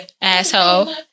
Asshole